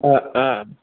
অঁ